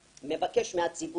זה דבר אחד.